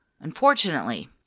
Unfortunately